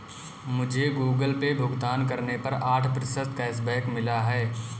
मुझे Google Pay भुगतान करने पर आठ प्रतिशत कैशबैक मिला है